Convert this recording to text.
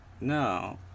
No